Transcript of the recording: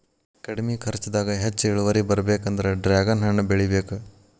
ಕಡ್ಮಿ ಕರ್ಚದಾಗ ಹೆಚ್ಚ ಇಳುವರಿ ಬರ್ಬೇಕಂದ್ರ ಡ್ರ್ಯಾಗನ್ ಹಣ್ಣ ಬೆಳಿಬೇಕ